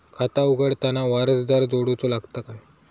खाता उघडताना वारसदार जोडूचो लागता काय?